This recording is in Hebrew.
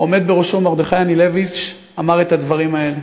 העומד בראשו, מרדכי אנילביץ', אמר את הדברים האלה.